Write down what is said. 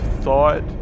thought